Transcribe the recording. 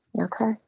Okay